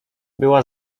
była